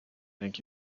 thank